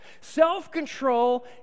Self-control